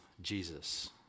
Jesus